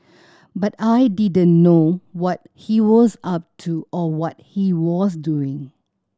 but I didn't know what he was up to or what he was doing